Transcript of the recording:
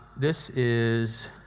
this is